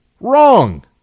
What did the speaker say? Wrong